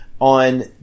on